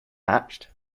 hatched